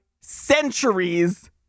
centuries